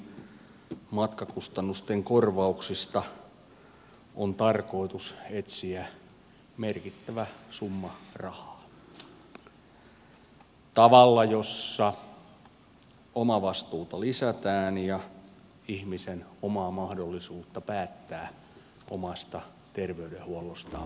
ensinnäkin matkakustannusten korvauksista on tarkoitus etsiä merkittävä summa rahaa tavalla jossa omavastuuta lisätään ja ihmisen omaa mahdollisuutta päättää omasta terveydenhuollostaan vähennetään